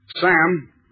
Sam